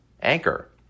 Anchor